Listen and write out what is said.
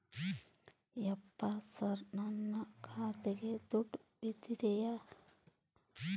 ಯಪ್ಪ ಸರ್ ನನ್ನ ಖಾತೆಗೆ ದುಡ್ಡು ಬಂದಿದೆಯ?